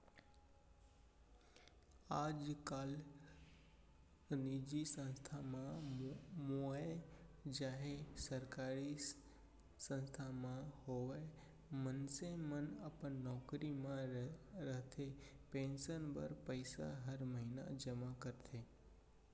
आजकाल निजी संस्था म होवय चाहे सरकारी संस्था म होवय मनसे मन अपन नौकरी म रहते पेंसन बर पइसा हर महिना जमा करथे